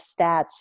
stats